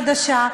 חדשה,